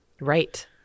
Right